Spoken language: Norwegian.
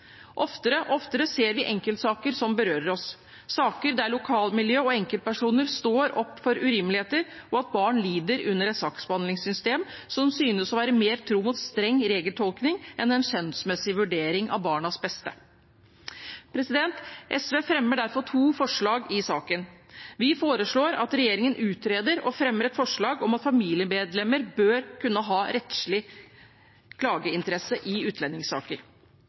Oftere og oftere ser vi enkeltsaker som berører oss, saker der lokalmiljø og enkeltpersoner står opp for urimeligheter, og at barn lider under et saksbehandlingssystem som synes å være mer tro mot streng regeltolkning, enn en skjønnsmessig vurdering av barnas beste. SV fremmer derfor to forslag i saken. Vi foreslår at regjeringen utreder og fremmer et forslag om at familiemedlemmer bør ha rettslig klageinteresse i utlendingssaker.